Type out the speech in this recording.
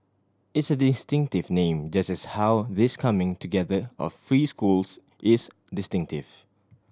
it's a distinctive name just as how this coming together of three schools is distinctive